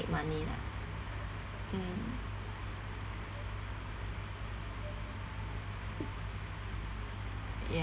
make money lah mm ya